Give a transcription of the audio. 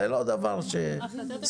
זה לא דבר סביר.